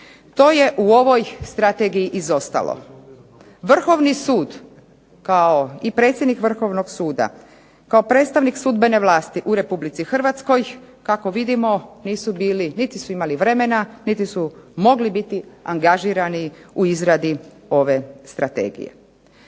To je u ovoj strategiji izostalo. Vrhovni sud kao, i predsjednik Vrhovnog suda, kao predstavnik sudbene vlasti u RH kako vidimo nisu bili niti su imali vremena niti su mogli biti angažirani u izradi ove strategije.